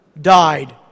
died